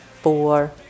four